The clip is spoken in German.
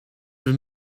wir